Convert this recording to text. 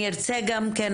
אני ארצה גם כן,